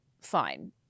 Fine